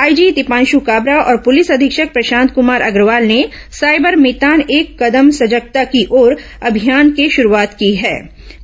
IG Dipansh Kabra और police अधीक्षक प्रशांत कमार अग्रवाल ने साइबर मितान एक कदम सजगता की ओर अभियान के शुरूआत की है